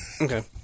Okay